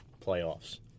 playoffs